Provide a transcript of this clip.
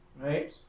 Right